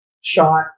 shot